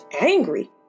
angry